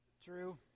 True